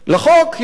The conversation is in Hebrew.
לחוק יש,